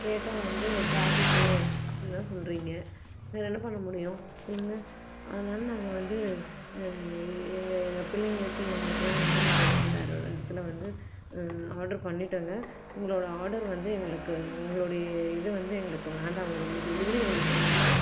கேட்டால் வந்து ட்ராஃபிக்கு அப்படிலாம் சொல்லுறிங்க வேறே என்ன பண்ண முடியும் சொல்லுங்க அதனால் நாங்கள் வந்து எங்கள் எங்கள் பிள்ளைங்களுக்கு இவங்களுக்குலாம் வந்து நாங்கள் வந்து வேறே ஒரு இடத்துல வந்து ஆர்டர் பண்ணிகிட்டேங்க உங்களோடய ஆர்டர் வந்து எங்களுக்கு உங்களுடைய இது வந்து எங்களுக்கு வேண்டாம் உங்களுடைய டெலிவரி எங்களுக்கு வேண்டாம்